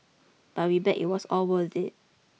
but we bet it was all worth it